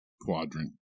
quadrant